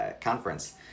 conference